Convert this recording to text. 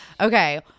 Okay